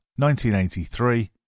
1983